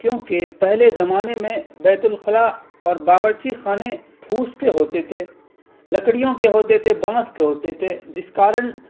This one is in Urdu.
کیونکہ پہلے زمانے میں بیت الخلا اور باورچی خانے پھوس کے ہوتے تھے لکڑیوں کے ہوتے تھے بانس کے ہوتے تھے جس کارن